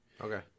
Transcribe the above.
Okay